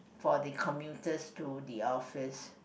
for the commuters to the office